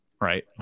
right